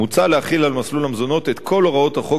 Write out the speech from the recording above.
מוצע להחיל על מסלול המזונות את כל הוראות החוק